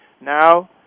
Now